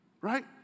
right